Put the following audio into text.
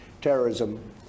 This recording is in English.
terrorism